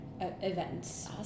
events